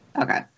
Okay